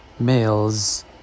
males